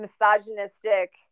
misogynistic